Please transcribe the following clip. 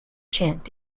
chant